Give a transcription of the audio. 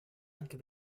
anche